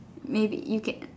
maybe you can